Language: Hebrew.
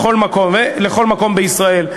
לכל מקום בישראל.